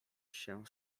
się